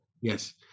Yes